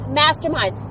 mastermind